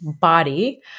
body